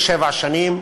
לשבע שנים.